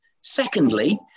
Secondly